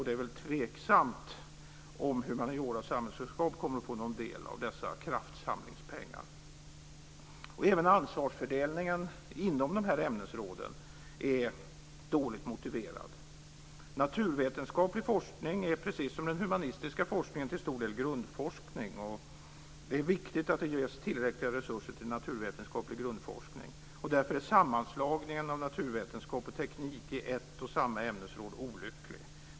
Det är tveksamt om humaniora och samhällsvetenskap kommer att få någon del av dessa kraftsamlingspengar. Även ansvarsfördelningen inom dessa ämnesråd är dåligt motiverad. Naturvetenskaplig forskning är, precis som den humanistiska forskningen, till stor del grundforskning. Det är viktigt att det ges tillräckliga resurser till naturvetenskaplig grundforskning. Därför är sammanslagningen av naturvetenskap och teknik i ett och samma ämnesråd olycklig.